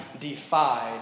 defied